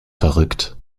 verrückt